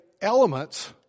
elements